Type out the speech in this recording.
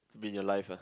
to be in your life ah